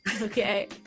Okay